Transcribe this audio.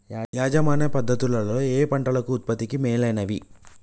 యాజమాన్య పద్ధతు లలో ఏయే పంటలు ఉత్పత్తికి మేలైనవి?